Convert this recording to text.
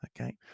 okay